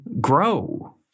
grow